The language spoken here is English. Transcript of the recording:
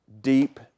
deep